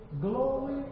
glory